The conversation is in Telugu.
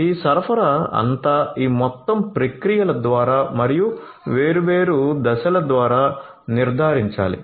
ఈ సరఫరా అంతా ఈ మొత్తం ప్రక్రియల ద్వారా మరియు వేర్వేరు దశల ద్వారా నిర్ధారించాలి